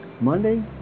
Monday